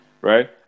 right